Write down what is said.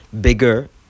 bigger